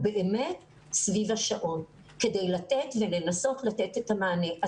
באמת, סביב השעון כדי לתת ולנסות לתת את המענה.